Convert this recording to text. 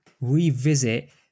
revisit